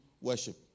worship